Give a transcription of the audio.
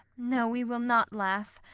no, we will not laugh,